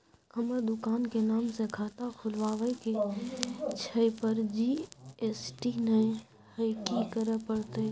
हमर दुकान के नाम से खाता खुलवाबै के छै पर जी.एस.टी नय हय कि करे परतै?